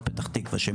וגם את זה הם